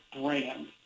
brand